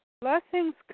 Blessings